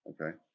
Okay